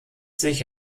sich